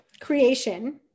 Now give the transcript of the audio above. creation